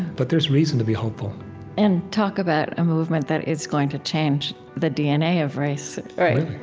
but there's reason to be hopeful and talk about a movement that is going to change the dna of race, right?